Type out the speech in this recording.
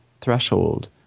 threshold